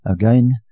Again